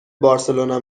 بارسلونا